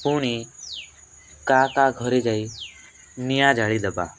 ପୁଣି କାହା କାହା ଘରେ ଯାଇ ନିଆଁ ଜାଳି ଦେବା